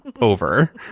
over